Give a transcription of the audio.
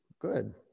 good